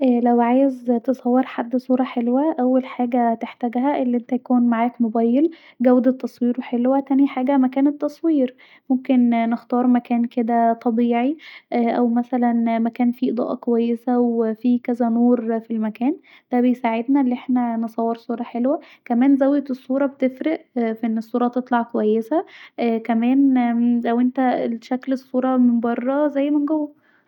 لو عاوز تصور حد صوره حلوه اول حاجه هتحتاجها تكون معاك موبايل جودة تصويره حلوه تاني حاجه مكان التصوير ممكن نختار مكان كدا طبيبعي أو مثلا مكان فيه اضاءه كويسه أو في كذا نور في المكان ف ساعتها ممكن نصور صوره حلوه كمان زاويه الصوره بتفرق في أن الصوره تطلع كويسه كمان لو انت شكل الصوره من برا زي من جوه